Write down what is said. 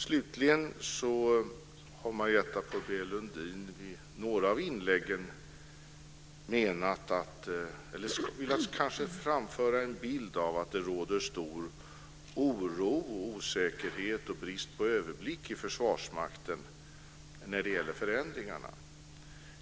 Slutligen har Marietta de Pourbaix-Lundin i några av inläggen kanske velat framföra en bild av att det råder stor oro, osäkerhet och brist på överblick i Försvarsmakten när det gäller förändringarna.